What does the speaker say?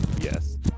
Yes